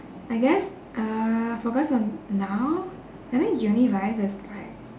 I guess uh focus on now I think uni life is like